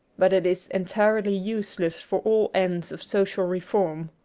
but it is entirely useless for all ends of social reform.